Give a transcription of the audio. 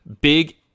big